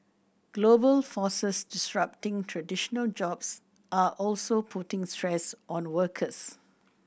global forces disrupting traditional jobs are also putting stress on workers